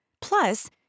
Plus